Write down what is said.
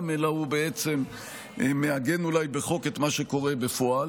אלא הוא בעצם מעגן אולי בחוק את מה שקורה בפועל.